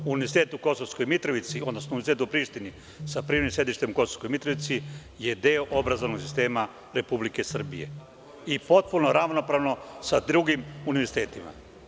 Univerzitet u Kosovskoj Mitrovici, odnosno Univerzitet u Prištini sa privremenim sedištem u Kosovskoj Mitrovici, je deo obrazovnog sistema Republike Srbije i potpuno je ravnopravan sa drugim univerzitetima.